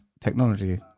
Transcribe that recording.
technology